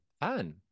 fun